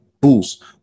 boost